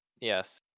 yes